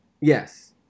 Yes